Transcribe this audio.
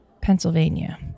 Pennsylvania